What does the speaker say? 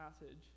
passage